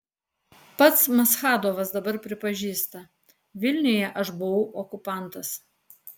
pats maschadovas dabar pripažįsta vilniuje aš buvau okupantas